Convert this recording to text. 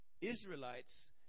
Israelites